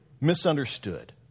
Misunderstood